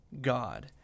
God